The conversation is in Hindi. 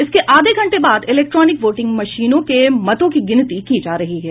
इसके आधा घंटे बाद इलेक्ट्रॉनिक वोटिंग मशीनों के मतों की गिनती की जा रही है